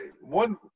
one